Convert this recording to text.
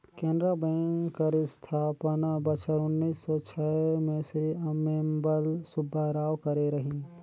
Canara bank कर अस्थापना बछर उन्नीस सव छय में श्री अम्मेम्बल सुब्बाराव करे रहिन